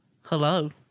Hello